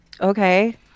okay